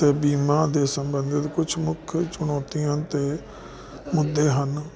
ਬੀਮਾ ਦੇ ਸੰਬੰਧ ਕੁਝ ਮੁੱਖ ਚੁਣੌਤੀਆਂ ਤੇ ਹੁੰਦੇ ਹਨ